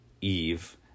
Eve